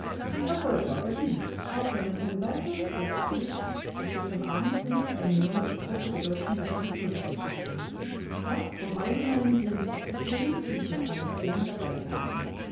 der erfolg war verdient auch wenn man ohne weiteres feststellt daß gestern abend nicht eine neue epoche der deutschen literaturgeschichte begann das vom allgemeinen triumph abgezogen sind wir alle gern dabei gewesen